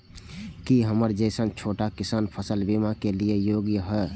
की हमर जैसन छोटा किसान फसल बीमा के लिये योग्य हय?